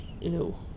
Ew